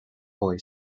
boy